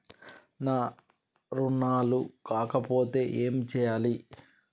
నా రుణాలు కాకపోతే ఏమి చేయాలి?